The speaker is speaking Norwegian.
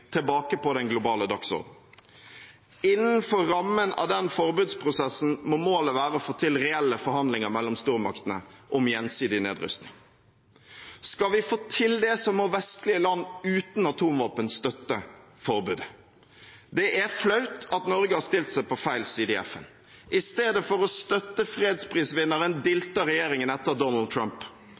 tilbake på den globale dagsordenen. Innenfor rammen av denne forbudsprosessen må målet være å få til reelle forhandlinger mellom stormaktene om gjensidig nedrustning. Skal vi få til det, må vestlige land uten atomvåpen støtte forbudet. Det er flaut at Norge har stilt seg på feil side i FN. I stedet for å støtte fredsprisvinneren dilter regjeringen etter Donald Trump.